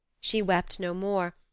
she wept no more,